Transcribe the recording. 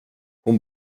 hon